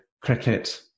Cricket